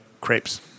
crepes